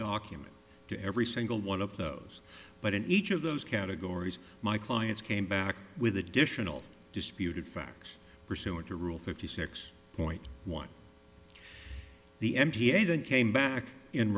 documents to every single one of those but in each of those categories my clients came back with additional disputed facts pursuant to rule fifty six point one the m t a then came back in